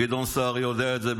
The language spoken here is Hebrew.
גדעון סער יודע את זה,